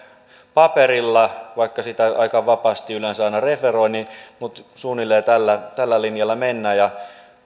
paperilla vaikka sitä aika vapaasti yleensä aina referoin mutta suunnilleen tällä tällä linjalla mennään ja